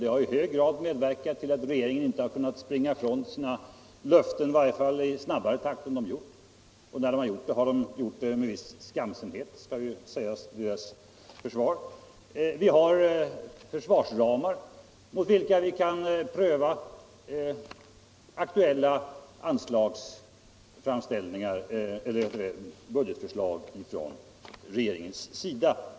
Det har i hög grad medverkat till att regeringen inte har kunnat springa ifrån sina löften, i varje fall till att den inte gjort det i snabbare takt än vad som skett. Och när den gjort det har det skett med en viss skamsenhet — det skall sägas till dess försvar. Det finns också försvarsramar mot vilka vi kan pröva aktuella budgetförslag från regeringen.